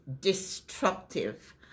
destructive